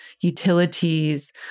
utilities